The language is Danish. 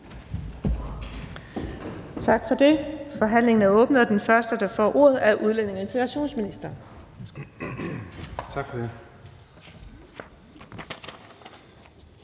Tak for det. Forhandlingen er åbnet, og den første, der får ordet, er udlændinge- og integrationsministeren. Værsgo.